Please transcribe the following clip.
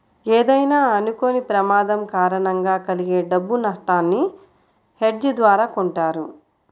ఏదైనా అనుకోని ప్రమాదం కారణంగా కలిగే డబ్బు నట్టాన్ని హెడ్జ్ ద్వారా కొంటారు